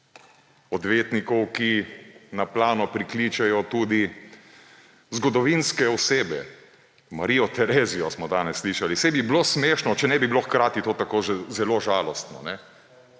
Odvetnikov, ki na plano prikličejo tudi zgodovinske osebe, Marijo Terezijo – smo danes slišali. Saj bi bilo smešno, če ne bi bilo hkrati to tako zelo žalostno.